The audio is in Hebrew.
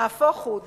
נהפוך הוא,